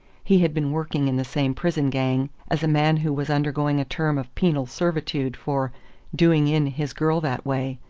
he had been working in the same prison gang as a man who was undergoing a term of penal servitude for doing in his girl that way.